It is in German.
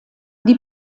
die